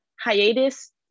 hiatus